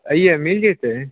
अइए मिलि जएतै